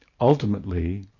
ultimately